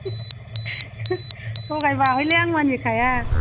थगायब्ला हयले आं मानिखाया